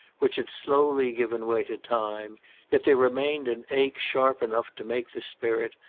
which had slowly given way to time yet there remained an ache sharp enough to make the spirit,